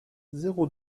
zéro